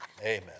Amen